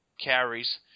carries